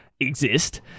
exist